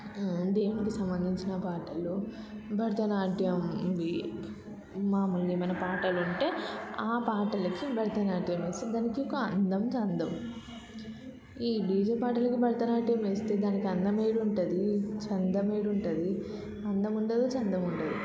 దేవునికి సంబంధించిన పాటలు భరతనాట్యం ఇవి మామూలుగా ఏమైనా పాటలు ఉంటే ఆ పాటలకి భరతనాట్యం వేస్తే దానికి ఒక అందం చందం ఈ డీజే పాటలకి భరతనాట్యం వేస్తే దానికి అందం ఏడ ఉంటుంది చందం ఏడ ఉంటుంది అందం ఉండదు చందం ఉండదు